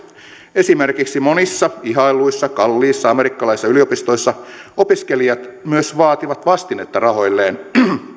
esimerkiksi monissa ihailluissa kalliissa amerikkalaisissa yliopistoissa opiskelijat myös vaativat vastinetta rahoilleen